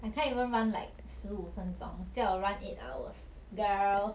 I can't even run like 十五分钟叫我 run eight hours girl